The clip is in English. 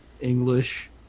English